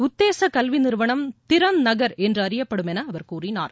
உத்தேச கல்வி நிறுவனம் திறன் நகர் என்று அறியப்படும் என அவர் கூறினார்